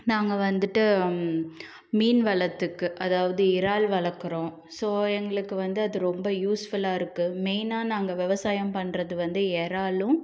நாங்கள் வந்துட்டு மீன் வளர்த்துக்கு அதாவது இறால் வளர்க்குறோம் ஸோ எங்களுக்கு வந்து அது ரொம்ப யூஸ்ஃபுல்லாக இருக்குது மெயினாக நாங்கள் விவசாயம் பண்ணுறது வந்து இறாலும்